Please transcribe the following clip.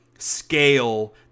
scale